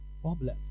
problems